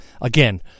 again